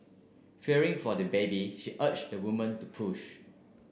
fearing for the baby she urged the woman to push